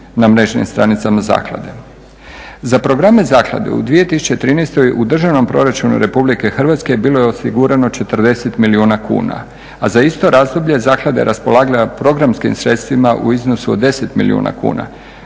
na mrežnim stranicama Zaklade. Za programe Zaklade u 2013. u državnom proračunu Republike Hrvatske bilo je osigurano 40 milijuna kuna a za isto razdoblje zaklada je raspolagala programskim sredstvima u iznosu od 10 milijuna kuna